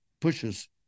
pushes